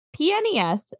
PNES